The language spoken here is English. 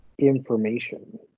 information